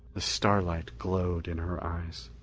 the starlight glowed in her eyes.